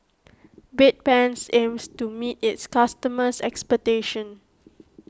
Bedpans aims to meet its customers' expectations